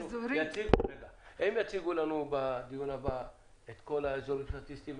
הם יציגו לנו בדיון הבא את כל האזורים הסטטיסטיים,